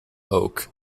oak